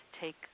take